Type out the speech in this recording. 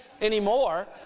anymore